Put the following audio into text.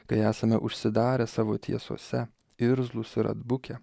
kai esame užsidarę savo tiesose irzlūs ir atbukę